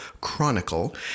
chronicle